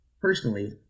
Personally